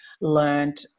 learned